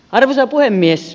arvoisa puhemies